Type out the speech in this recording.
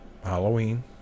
Halloween